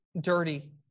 dirty